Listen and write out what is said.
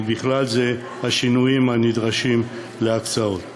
ובכלל זה השינויים הנדרשים להקצאות.